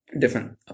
different